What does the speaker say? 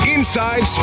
Inside